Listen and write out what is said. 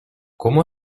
cómo